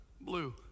Blue